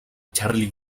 charly